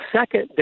second